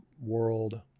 world